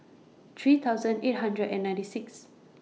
three thousand eight hundred and ninety Sixth